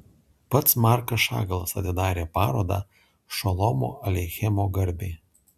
pats markas šagalas atidarė parodą šolomo aleichemo garbei